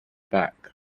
back